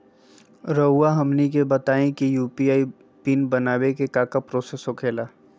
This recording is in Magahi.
रहुआ हमनी के बताएं यू.पी.आई पिन बनाने में काका प्रोसेस हो खेला?